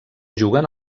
juguen